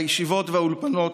הישיבות והאולפנות,